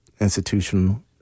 institutional